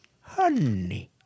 honey